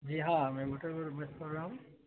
جی ہاں میں ہوٹل کر رہا ہوں